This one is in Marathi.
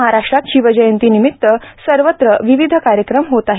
महाराष्ट्रात शिवजयंतीनिमित सर्वत्र विविधि कार्यक्रम होत आहे